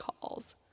calls